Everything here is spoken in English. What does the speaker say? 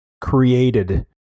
created